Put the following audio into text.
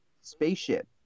spaceship